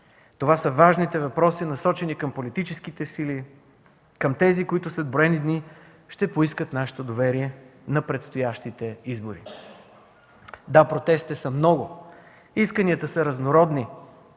Това са важните въпроси, насочени към политическите сили, към тези, които след броени дни ще поискат нашето доверие на предстоящите избори. Да, протестите са много, исканията са разнородни.